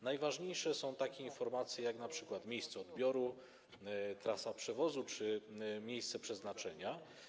Najważniejsze są takie informacje, jak np. określenie miejsca odbioru, trasy przewozu czy miejsca przeznaczenia.